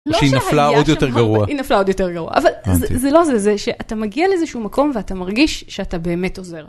שהיא נפלה עוד יותר גרוע. היא נפלה עוד יותר גרוע, אבל זה לא זה, זה שאתה מגיע לאיזשהו מקום ואתה מרגיש שאתה באמת עוזר.